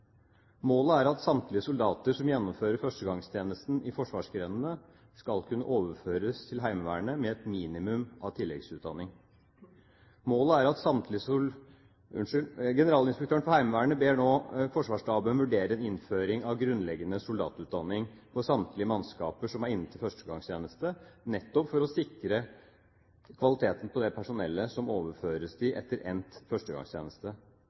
Målet er at samtlige soldater som gjennomfører førstegangstjenesten i forsvarsgrenene, skal kunne overføres til Heimevernet med et minimum av tilleggsutdanning. Generalinspektøren for Heimevernet ber nå Forsvarsstaben vurdere en innføring av grunnleggende soldatutdanning for samtlige mannskaper som er inne til førstegangstjenesten, nettopp for å sikre kvaliteten på det personellet som overføres dem etter endt førstegangstjeneste.